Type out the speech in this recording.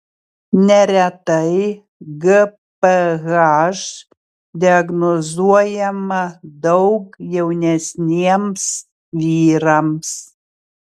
neretai gph diagnozuojama daug jaunesniems vyrams